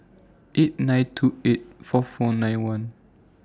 eight nine two eight four four nine one